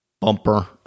bumper